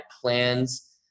plans